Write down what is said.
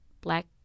black